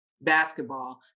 basketball